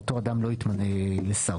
אותו אדם לא יתמנה לשר.